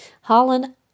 Holland